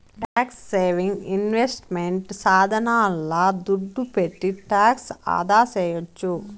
tax saving investment సాధనాల దుడ్డు పెట్టి టాక్స్ ఆదాసేయొచ్చు